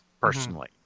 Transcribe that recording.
personally